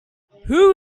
who